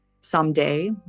someday